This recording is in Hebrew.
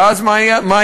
ואז מה יעשו?